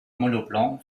monoplan